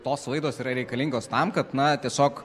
tos laidos yra reikalingos tam kad na tiesiog